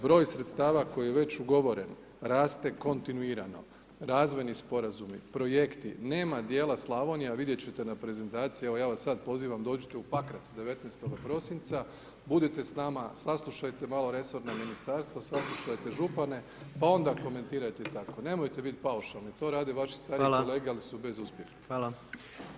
Broj sredstava koji je već ugovoren raste kontinuirano, razvojni sporazumi, projekti, nema dijela Slavonija, a vidjeti ćete na prezentaciji, evo ja vas sada pozivam dođite u Pakrac 19. prosinca budite s nama, saslušajte malo resorno ministarstvo, saslušajte župane pa onda komentirajte tako, nemojte biti paušalni, to rade vaši stariji kolege ali su bez uspjeha.